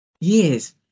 Yes